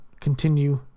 continue